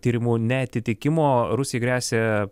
tyrimų neatitikimo rusijai gresia